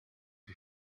him